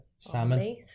Salmon